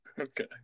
Okay